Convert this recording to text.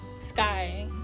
Sky